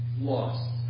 lost